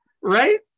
right